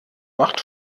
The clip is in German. macht